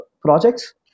projects